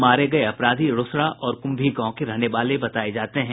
मारे गये अपराधी रोसड़ा और कुम्भी गांव के रहने वाले बताये जाते हैं